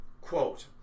quote